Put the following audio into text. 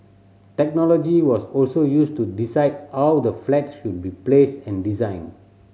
technology was also used to decide how the flats should be placed and designed